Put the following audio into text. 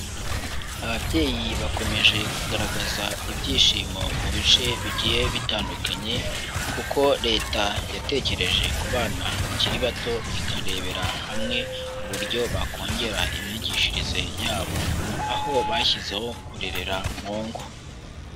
Ababyeyi bakomeje kugaragaza ibyishimo mu bice bigiye bitandukanye, kuko Leta yatekereje ku bana bakiri bato ikarebera hamwe uburyo bakongera imyigishirize yabo, aho bashyizeho kurerera mu ngo.